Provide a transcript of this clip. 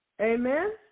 Amen